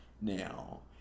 now